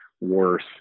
worse